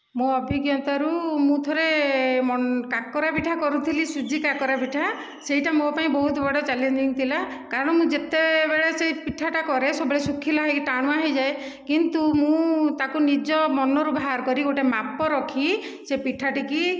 ମୋ' ଅଭିଜ୍ଞତାରୁ ମୁଁ ଥରେ କାକରା ପିଠା କରୁଥିଲି ସୁଝି କାକରା ପିଠା ସେଇଟା ମୋ' ପାଇଁ ବହୁତ ବଡ଼ ଚାଲେଞ୍ଜିଙ୍ଗ ଥିଲା କାରଣ ମୁଁ ଯେତେବେଳେ ସେ ପିଠାଟା କରେ ସବୁବେଳେ ଶୁଖିଲା ହୋଇ ଟାଣୁଆ ହୋଇଯାଏ କିନ୍ତୁ ତା'କୁ ମୁଁ ନିଜ ମନରୁ ବାହାର କରି ଗୋଟିଏ ମାପ ରଖି ସେ ପିଠାଟିକି